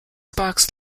box